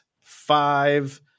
five